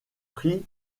prit